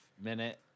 minute